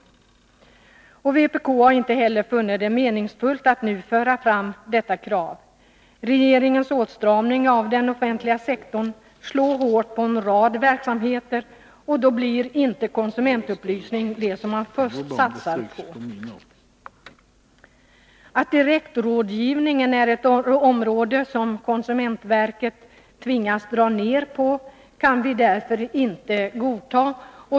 Vpk har inte funnit det meningsfullt att nu föra fram detta krav. Regeringens åtstramning av den offentliga sektorn slår hårt på en rad verksamheter, och då blir inte konsumentupplysning det man först satsar på. Att direktrådgivningen är ett område som konsumentverket tvingas dra ner på kan vi inte godta.